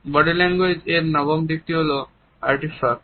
body language এর নবম দিকটি হলো আর্টিফাক্ট